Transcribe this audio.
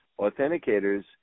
authenticators